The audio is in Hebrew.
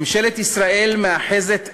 ממשלת ישראל מאחזת עיניים,